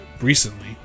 recently